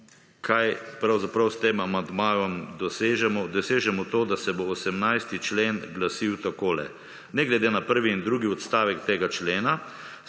Kaj pravzaprav s tem amandmajem dosežemo? Dosežemo to, da se bo 18. člen glasil takole: ne glede na prvi in drugi odstavek tega člena,